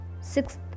Sixth